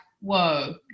whoa